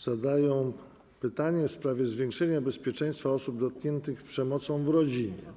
zadadzą pytania w sprawie zwiększenia bezpieczeństwa osób dotkniętych przemocą w rodzinie.